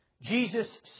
Jesus